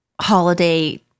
holiday